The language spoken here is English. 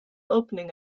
opening